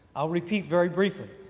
i'll repeat very briefly.